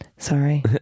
Sorry